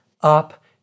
up